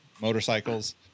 motorcycles